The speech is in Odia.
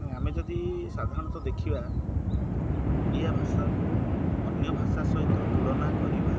ଆମେ ଯଦି ସାଧାରଣତଃ ଦେଖିବା ଓଡ଼ିଆ ଭାଷାକୁ ଅନ୍ୟ ଭାଷା ସହିତ ତୁଳନା କରିବା